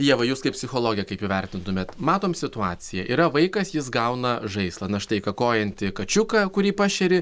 ieva jūs kaip psichologė kaip įvertintumėt matom situaciją yra vaikas jis gauna žaislą na štai kakojanti kačiuką kurį pašeri